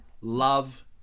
Love